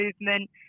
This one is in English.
movement